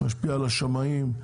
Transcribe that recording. משפיע על השמאים,